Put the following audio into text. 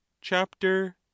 Chapter